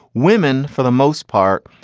women for the most part.